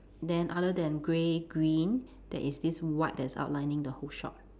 then other than grey green there is this white that's outlining the whole shop